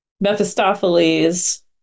Mephistopheles